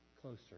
closer